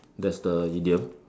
that's the idiom